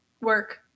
work